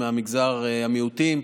ממגזר המיעוטים.